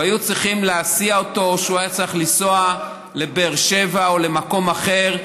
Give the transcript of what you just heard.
והיו צריכים להסיע אותו או שהוא היה צריך לנסוע לבאר שבע או למקום אחר,